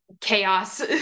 chaos